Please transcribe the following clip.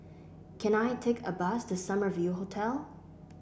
can I take a bus to Summer View Hotel